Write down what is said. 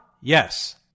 Yes